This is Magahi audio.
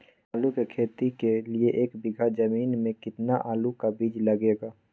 आलू की खेती के लिए एक बीघा जमीन में कितना आलू का बीज लगेगा?